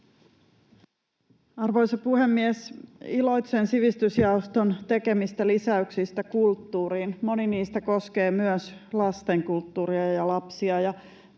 Arvoisa puhemies! Iloitsen sivistysjaoston tekemistä lisäyksistä kulttuuriin. Moni niistä koskee myös lastenkulttuuria ja lapsia,